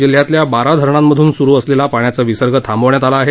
जिल्ह्यातल्या बारा धरणांतून सुरु असलेला पाण्याचा विसर्ग थांबवण्यात आला आहे